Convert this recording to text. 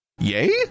yay